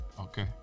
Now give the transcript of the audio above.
Okay